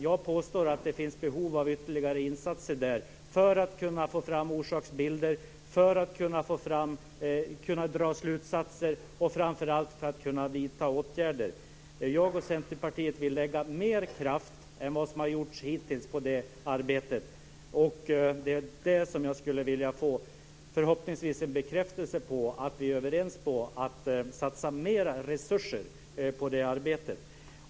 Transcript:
Jag påstår att det finns behov av ytterligare insatser för att kunna få fram orsaksbilder och dra slutsatser och framför allt för att kunna vidta åtgärder. Jag och Centerpartiet vill lägga mer kraft än vad som har gjorts hittills på det arbetet. Förhoppningsvis kan jag få en bekräftelse på att vi är överens om att satsa mer resurser på det arbetet.